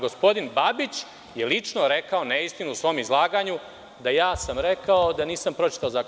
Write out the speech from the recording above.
Gospodin Babić je lično rekao neistinu u svom izlaganju, da sam ja rekao da nisam pročitao zakon.